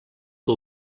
que